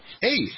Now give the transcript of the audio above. hey